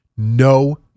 No